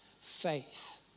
faith